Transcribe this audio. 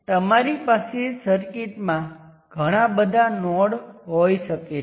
મૂળભૂત રીતે મારી પાસે આ ઇન્ડિપેન્ડન્ટ સોર્સ VL અને તમામ ઇન્ટરનલ ઇન્ડિપેન્ડન્ટ સોર્સ છે